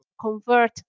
convert